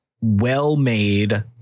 well-made